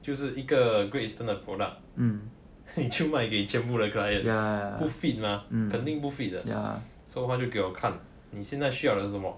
就是一个 great eastern 的 product 你去卖给全部人 the client 不 fit mah 肯定不 fit 的 so 他就给我看你现在需要的是什么